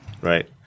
right